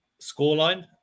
scoreline